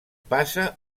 passa